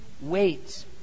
wait